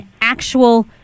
actual